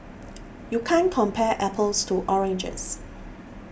you can't compare apples to oranges